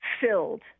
filled